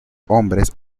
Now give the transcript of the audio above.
hombres